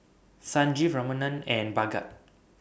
Sanjeev Ramanand and Bhagat